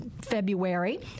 February